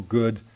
good